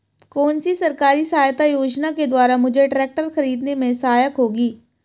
कौनसी सरकारी सहायता योजना के द्वारा मुझे ट्रैक्टर खरीदने में सहायक होगी?